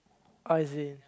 I see